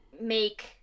make